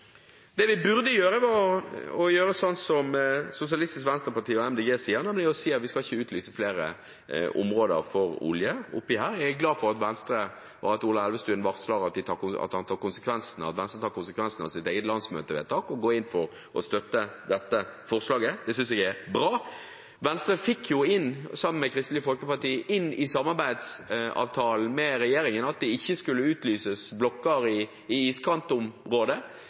Det vi burde gjøre, er å gjøre som Sosialistisk Venstreparti og MDG sier, nemlig at vi skal ikke lyse ut flere områder for olje der oppe. Jeg er glad for at Venstre og Ola Elvestuen varsler at han og Venstre tar konsekvensen av deres eget landsmøtevedtak og går inn for og støtter dette forslaget. Det synes jeg er bra. Venstre fikk, sammen med Kristelig Folkeparti, inn i samarbeidsavtalen med regjeringen at det ikke skulle utlyses blokker i iskantområdet.